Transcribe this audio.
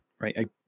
right